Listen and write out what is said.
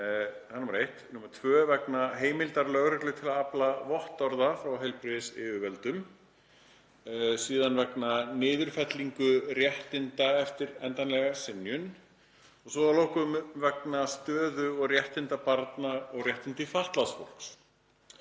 númer tvö vegna heimildar lögreglu til að afla vottorða frá heilbrigðisyfirvöldum, síðan vegna niðurfellingar réttinda eftir endanlega synjun, svo að lokum vegna stöðu og réttinda barna og réttinda fatlaðs fólks.